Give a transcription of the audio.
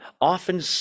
often